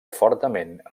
fortament